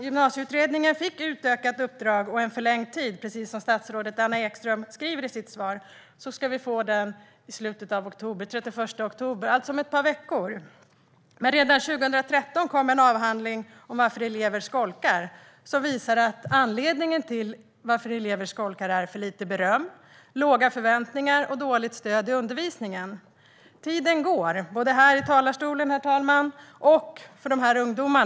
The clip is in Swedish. Gymnasieutredningen fick utökat uppdrag och en förlängd tid. Precis som statsrådet Anna Ekström skriver i sitt svar ska den vara färdig den 31 oktober, alltså om ett par veckor. Men redan 2013 kom en avhandling om varför elever skolkar, som visar att anledningarna till skolk är för lite beröm, låga förväntningar och dåligt stöd i undervisningen. Tiden går, både här i talarstolen och för dessa ungdomar.